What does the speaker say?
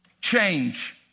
change